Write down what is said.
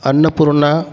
Annapurna